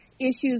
issues